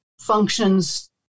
functions